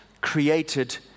created